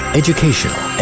educational